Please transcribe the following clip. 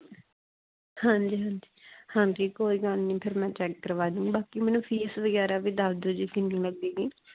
ਹਾਂਜੀ ਹਾਂਜੀ ਹਾਂਜੀ ਕੋਈ ਗੱਲ ਨਹੀਂ ਫਿਰ ਮੈਂ ਚੈੱਕ ਕਰਵਾ ਦੂ ਬਾਕੀ ਮੈਨੂੰ ਫੀਸ ਵਗੈਰਾ ਵੀ ਦੱਸ ਦਿਓ ਜੀ ਕਿੰਨੀ ਲੱਗੇਗੀ